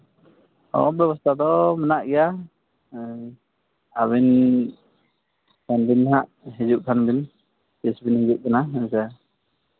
ᱟᱫᱚ ᱵᱮᱵᱚᱥᱛᱷᱟ ᱫᱚ ᱢᱮᱱᱟᱜ ᱜᱮᱭᱟ ᱟᱹᱵᱤᱱ ᱯᱷᱳᱱ ᱵᱤᱱ ᱦᱟᱸᱜ ᱦᱤᱡᱩᱜ ᱠᱷᱟᱱ ᱵᱤᱱ ᱛᱤᱥᱵᱤᱱ ᱦᱤᱡᱩᱜ ᱠᱟᱱᱟ ᱦᱮᱸ ᱥᱮ